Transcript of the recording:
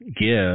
give